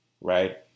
right